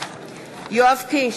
יואב קיש,